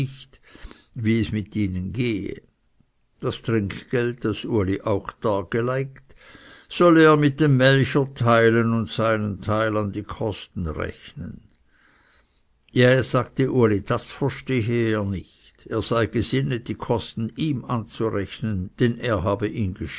wie es mit ihnen gehe das trinkgeld das uli auch dargelegt solle er mit dem melcher teilen und seinen teil an die kosten rechnen jä sagte uli das verstehe er nicht so er sei gesinnet die kosten ihm anzurechnen denn er habe